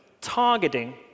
targeting